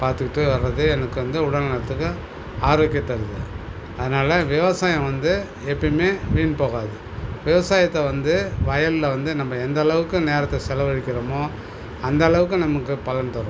பார்த்துக்கிட்டு வரது எனக்கு வந்து உடல் நலத்துக்கு ஆரோக்கியம் தருது அதனால் விவசாயம் வந்து எப்பையுமே வீண் போகாது விவசாயத்தை வந்து வயலில் வந்து நம்ப எந்தளவுக்கு நேரத்தை செலவழிக்கிறோமோ அந்தளவுக்கு நமக்கு பலன் தரும்